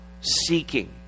seeking